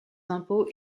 impôts